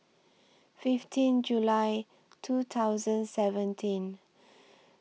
fifteen July two thousand seventeen